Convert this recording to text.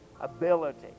ability